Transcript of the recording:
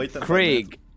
Craig